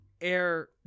air